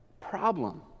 problem